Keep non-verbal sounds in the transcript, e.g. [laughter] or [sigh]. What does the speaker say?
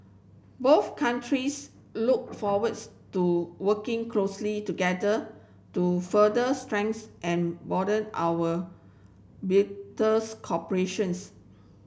both countries look forwards to working closely together to further strength and broaden our [unintelligible] cooperation's